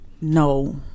No